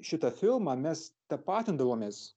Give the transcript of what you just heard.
šitą filmą mes tapatindavomės